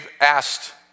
asked